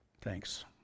thanks